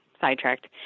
sidetracked